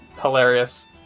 hilarious